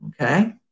okay